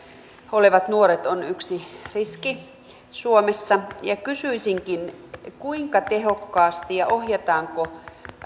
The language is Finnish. olevat nuoret ovat yksi riski suomessa ja kysyisinkin kuinka tehokkaasti ohjataan ja ohjataanko